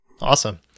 awesome